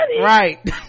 right